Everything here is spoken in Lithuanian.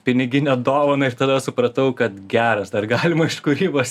piniginę dovaną ir tada supratau kad geras dar galima iš kūrybos